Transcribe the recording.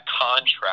contract